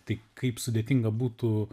tai kaip sudėtinga būtų